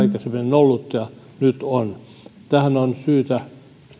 ollut ja nyt on tähän on syytä